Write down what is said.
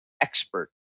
expert